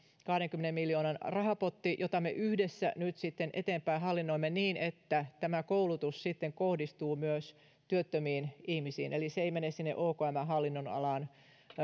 kahdenkymmenen miljoonan rahapotti jota me yhdessä nyt sitten eteenpäin hallinnoimme niin että tämä koulutus sitten kohdistuu työttömiin ihmisiin eli se ei mene sinne okmn hallinnonalaan